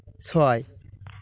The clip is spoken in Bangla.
ছয়